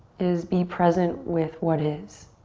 is be present with what is.